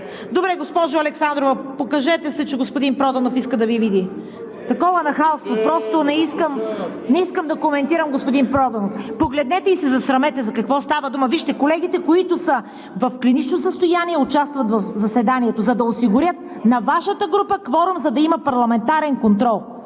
залата… Госпожо Александрова, покажете се, че господин Проданов иска да Ви види. Такова нахалство – просто не искам да коментирам! Господин Проданов, погледнете за какво става дума и се засрамете! Вижте, че колегите, които са в клинично състояние, участват в заседанието, за да осигурят на Вашата група кворум, за да има парламентарен контрол.